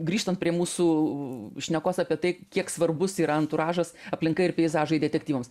grįžtant prie mūsų šnekos apie tai kiek svarbus yra anturažas aplinka ir peizažai detektyvams